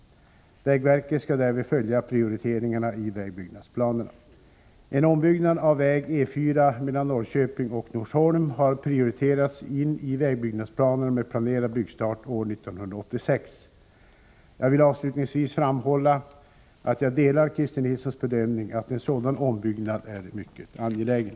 Vägverket skall därvid följa prioriteringarna i vägbyggnadsplanerna. En ombyggnad av väg E 4 mellan Norrköping och Norsholm har prioriterats in i vägbyggnadsplanerna med planerad byggstart år 1986. Jag vill avslutningsvis framhålla att jag delar Christer Nilssons bedömning att en sådan ombyggnad är mycket angelägen.